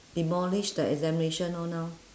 demolish the examination lor now